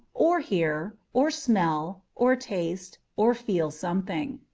or hear, or smell, or taste, or feel something.